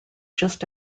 just